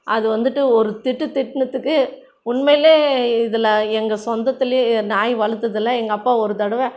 அது வந்துட்டு ஒரு திட்டு திட்டினதுக்கு உண்மையிலே இதில் எங்கள் சொந்தத்திலே நாய் வளர்த்ததில்ல எங்கள் அப்பா ஒரு தடவை